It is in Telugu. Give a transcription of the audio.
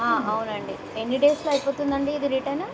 అవునండి ఎన్ని డేస్లో అయిపోతుంది అండి ఇది రిటర్న్